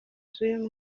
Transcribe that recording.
z’uyu